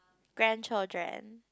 grandchildren